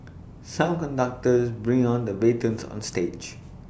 some conductors bring on the batons on stage